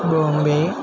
Bombay